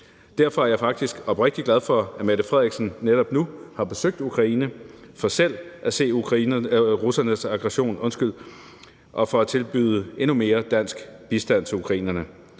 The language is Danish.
Derfor er jeg faktisk oprigtig glad for, at Mette Frederiksen netop nu har besøgt Ukraine for selv at se russernes aggression og for at tilbyde endnu mere dansk bistand til ukrainerne.